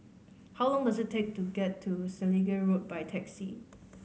how long does it take to get to Selegie Road by taxi